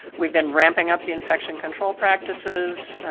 we've been ramping up the infection control practices,